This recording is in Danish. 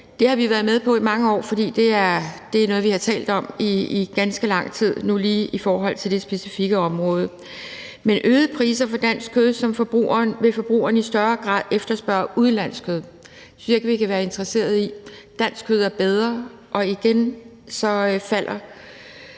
Det har vi været med på i mange år, for det er noget, vi har talt om i ganske lang tid nu i forhold til det specifikke område. Med øgede priser på dansk kød vil forbrugeren i større grad efterspørge udenlandsk kød. Det synes jeg ikke vi kan være interesserede i. Dansk kød er bedre. Og igen vil